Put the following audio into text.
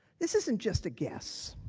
this isn't just a guess.